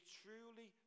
truly